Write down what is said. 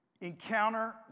encounter